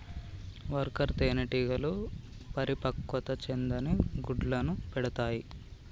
worker తేనెటీగలు పరిపక్వత చెందని గుడ్లను పెడతాయి